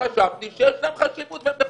שחשבתי שיש להם חשיבות והם נכונים.